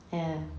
ya